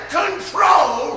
control